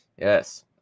Yes